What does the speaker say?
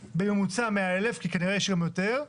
בממוצע 100,000 כי כנראה יש שם יותר,